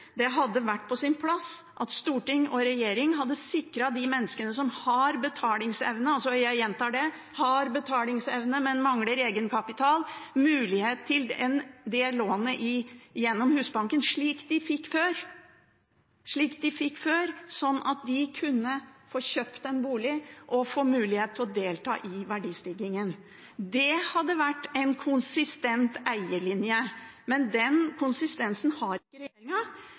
det hadde vært på sin plass at storting og regjering hadde sikret de menneskene som har betalingsevne – jeg gjentar det: de som har betalingsevne, men mangler egenkapital – mulighet til lån gjennom Husbanken, slik man fikk før, slik at de kunne få kjøpt en bolig og fått mulighet til å delta i verdistigningen. Det hadde vært en konsistent eielinje, men den konsistensen har ikke